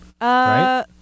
Right